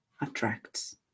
attracts